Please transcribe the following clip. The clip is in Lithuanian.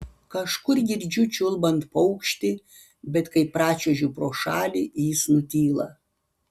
kažkur girdžiu čiulbant paukštį bet kai pračiuožiu pro šalį jis nutyla